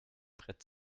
brett